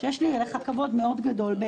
שיש לי אליך כבוד מאוד גדול,